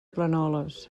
planoles